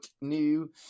new